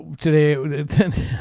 today